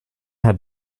had